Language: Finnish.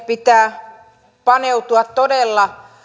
pitää paneutua todella